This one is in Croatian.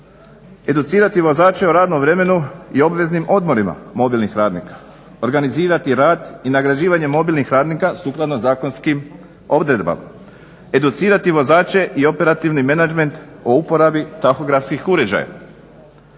educirati vozače o radnom vremenu i obveznim odmorima mobilnih radnika, organizirati rad i nagrađivanjem mobilnih radnika sukladno zakonskim odredbama, educirati vozače i operativni menadžment o uporabi tahografskih uređaja.